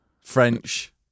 French